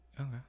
Okay